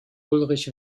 ulrich